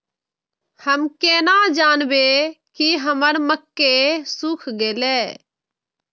हम केना जानबे की हमर मक्के सुख गले?